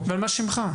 נכון.